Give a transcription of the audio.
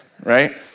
right